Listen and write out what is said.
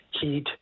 heat